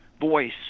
voice